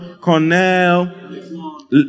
Cornell